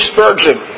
Spurgeon